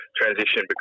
transition